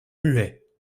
muet